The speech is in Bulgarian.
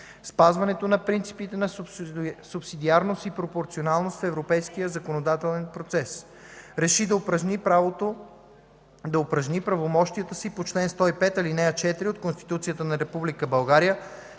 спазването на принципите на субсидиарност и пропорционалност в европейския законодателен процес, реши да упражни правомощията си по чл. 105, ал. 4 от Конституцията на Република България,